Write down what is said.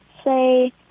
say